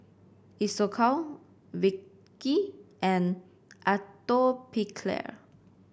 Isocal Vichy and Atopiclair